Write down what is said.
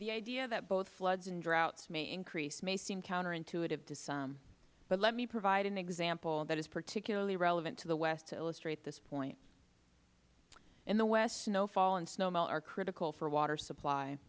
the idea that both floods and droughts may increase may seem counterintuitive to some but let me provide an example that is particularly relevant to the west to illustrate this point in the west snowfall and snowmelt are critical for water supply